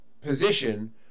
position